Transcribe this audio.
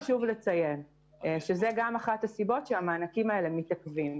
זו אחת הסיבות שהמענקים מתעכבים.